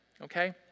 Okay